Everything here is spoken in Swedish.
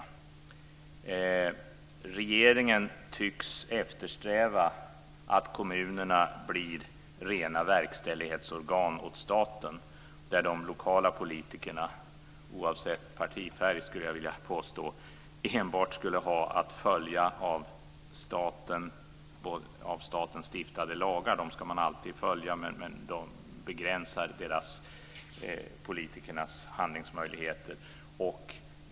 Regeringen tycks eftersträva att kommunerna blir rena verkställighetsorgan åt staten, där de lokala politikerna oavsett partifärg, skulle jag vilja påstå, enbart skulle ha att följa av staten stiftade lagar. Dem ska man alltid följa, men de begränsar politikernas handlingsmöjligheter.